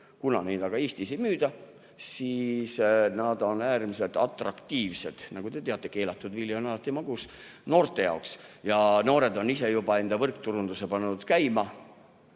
kuna neid Eestis ei müüda, siis nad on äärmiselt atraktiivsed. Nagu te teate, keelatud vili on alati magus noorte jaoks. Ja noored on ise juba enda võrkturunduse käima